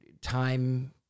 time